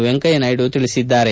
ವೆಂಕಯ್ಲನಾಯ್ಡು ಹೇಳಿದ್ದಾರೆ